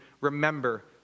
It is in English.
remember